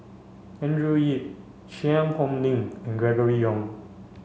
Andrew Yip Cheang Hong Lim and Gregory Yong